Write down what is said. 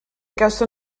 gawson